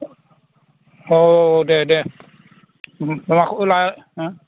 औ औ औ दे दे माबा